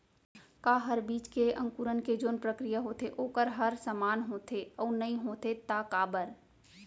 का हर बीज के अंकुरण के जोन प्रक्रिया होथे वोकर ह समान होथे, अऊ नहीं होथे ता काबर?